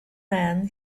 man